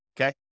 okay